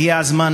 הגיע הזמן,